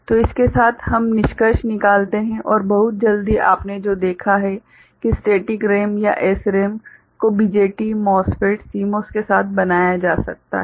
तो इसके साथ हम निष्कर्ष निकालते हैं और बहुत जल्दी आपने जो देखा है कि स्टेटिक RAM या SRAM को BJT MOSFET CMOS के साथ बनाया जा सकता है